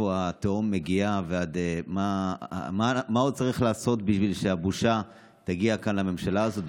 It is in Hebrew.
לאן התהום מגיעה ומה עוד צריך לעשות בשביל שהבושה תגיע כאן לממשלה הזאת,